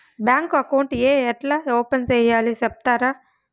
Bank account ఏ ఎట్లా open సేయాలి సెప్తారా?